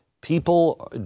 people